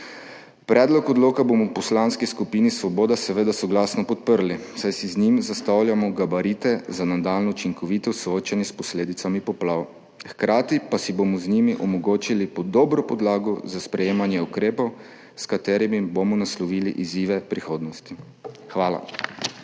Predlog odloka bomo v Poslanski skupini Svoboda seveda soglasno podprli, saj si z njim zastavljamo gabarite za nadaljnje učinkovito soočanje s posledicami poplav, hkrati pa si bomo z njimi omogočili dobro podlago za sprejemanje ukrepov, s katerimi bomo naslovili izzive prihodnosti. Hvala.